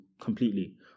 completely